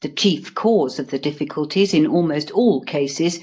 the chief cause of the difficulties, in almost all cases,